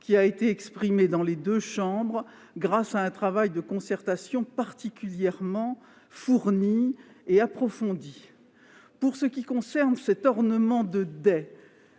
qui a été exprimé dans les deux chambres, grâce à un travail de concertation extrêmement fourni et approfondi. Pour ce qui concerne cet ornement de dais,